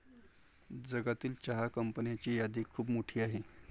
जगातील चहा कंपन्यांची यादी खूप मोठी आहे